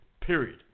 period